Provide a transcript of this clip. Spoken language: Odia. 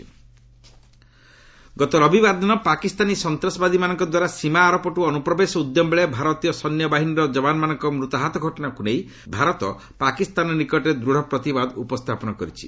ରିଭ୍ ଏମ୍ଇଏ ପାକ୍ ପିଏମ୍ ଗତ ରବିବାର ଦିନ ପାକିସ୍ତାନୀ ସନ୍ତାସବାଦୀମାନଙ୍କ ଦ୍ୱାରା ସୀମା ଆରପଟୁ ଅନୁପ୍ରବେଶ ଉଦ୍ୟମ ବେଳେ ଭାରତୀୟ ସୈନ୍ୟବାହିନୀର ଯବାନମାନଙ୍କ ମୃତାହତ ଘଟଣାକୁ ନେଇ ଭାରତ ପାକିସ୍ତାନ ନିକଟରେ ଦୂଢ଼ ପ୍ରତିବାଦ ଉପସ୍ଥାପନ କରିଛି